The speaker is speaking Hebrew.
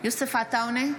יוסף עטאונה,